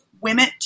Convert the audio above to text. women